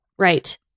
Right